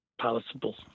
palatable